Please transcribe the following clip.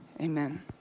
amen